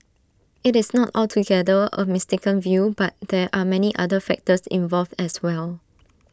IT is not altogether A mistaken view but there are many other factors involved as well